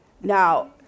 Now